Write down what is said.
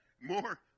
more